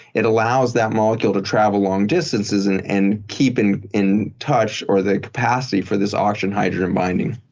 it allows that molecule to travel long distances and and keep and in touch or the capacity for this oxygen hydrogen binding.